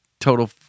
total